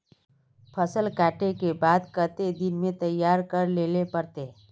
फसल कांटे के बाद कते दिन में तैयारी कर लेले पड़ते?